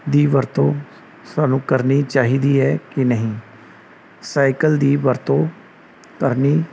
ਦੀ ਵਰਤੋਂ ਸਾਨੂੰ ਕਰਨੀ ਚਾਹੀਦੀ ਹੈ ਕਿ ਨਹੀਂ ਸਾਈਕਲ ਦੀ ਵਰਤੋਂ ਕਰਨੀ